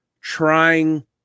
trying